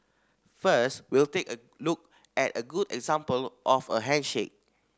first we'll take a look at a good example of a handshake